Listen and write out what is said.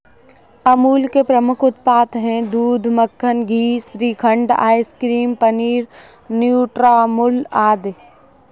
अमूल के प्रमुख उत्पाद हैं दूध, मक्खन, घी, श्रीखंड, आइसक्रीम, पनीर, न्यूट्रामुल आदि